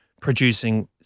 producing